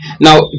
Now